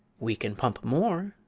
we can pump more,